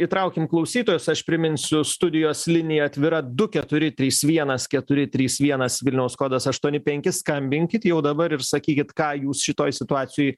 įtraukim klausytojus aš priminsiu studijos linija atvira du keturi trys vienas keturi trys vienas vilniaus kodas aštuoni penki skambinkit jau dabar ir sakykit ką jūs šitoj situacijoj